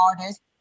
artists